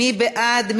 מי בעד?